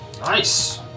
Nice